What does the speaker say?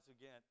again